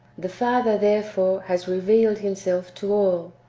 the father therefore has revealed himself to all,